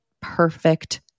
perfect